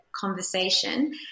conversation